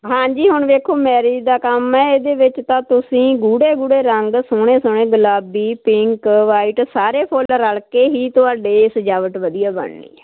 ਹਾਂਜੀ ਹੁਣ ਵੇਖੋ ਮੈਰਿਜ ਦਾ ਕੰਮ ਹੈ ਇਹਦੇ ਵਿੱਚ ਤਾਂ ਤੁਸੀਂ ਗੂੜੇ ਗੂੜੇ ਰੰਗ ਸੋਹਣੇ ਸੋਹਣੇ ਗੁਲਾਬੀ ਪਿੰਕ ਵਾਈਟ ਸਾਰੇ ਫੁੱਲ ਰਲ ਕੇ ਹੀ ਤੁਹਾਡੇ ਸਜਾਵਟ ਵਧੀਆ ਬਣਨੀ ਐ